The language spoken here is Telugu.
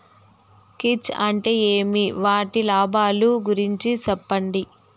కీచ్ అంటే ఏమి? వాటి లాభాలు గురించి సెప్పండి?